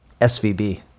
SVB